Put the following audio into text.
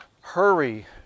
hurry